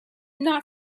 not